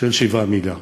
של 7 מיליארד.